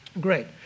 Great